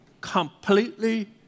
completely